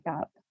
up